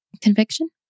conviction